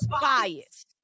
bias